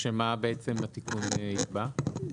מה התיקון יקבע?